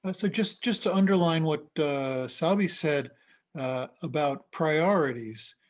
but so just just to underline what sabi said about priorities.